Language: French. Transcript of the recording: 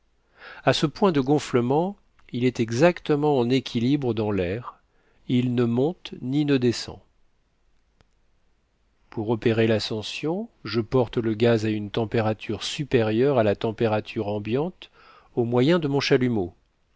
a ce point de gonflement il est exactement en équilibre dans l'air il ne monte ni ne descend pour opérer l'ascension je porte le gaz à une température supérieure à la température ambiante au moyen de mon chalumeau